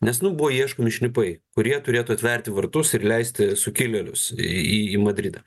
nes nu buvo ieškomi šnipai kurie turėtų atverti vartus ir leisti sukilėlius į madridą